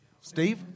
Steve